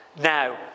now